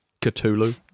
Cthulhu